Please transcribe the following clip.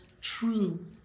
true